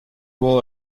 will